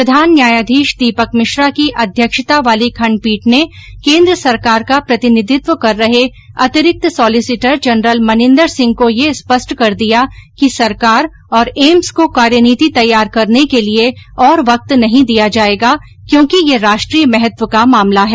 प्रधान न्यायाधीश दीपक मिश्रा की अध्यक्षता वाली खंडपीठ ने केंद्र सरकार का प्रतिनिधित्व कर रहे अतिरिक्त सोलिसिटर जनरल मनिंदर सिंह को यह स्पष्ट कर दिया कि सरकार और एम्स को कार्यनीति तैयार करने के लिए और वक्त नहीं दिया जाएगा क्योंकि यह राष्ट्रीय महत्व का मामला है